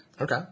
Okay